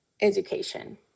education